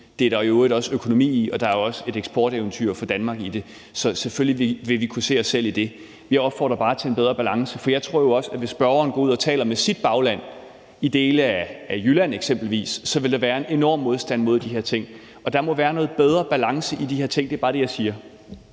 det er der i øvrigt også økonomi i, og der er også et eksporteventyr for Danmark i det. Så selvfølgelig ville vi kunne se os selv i det. Vi opfordrer bare til en bedre balance. Jeg tror jo også, at hvis spørgeren gik ud og snakkede med sit bagland i dele af Jylland eksempelvis, så ville der være en enorm modstand mod de her ting. Der må være noget bedre balance i de her ting – det er bare det, jeg siger.